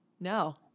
No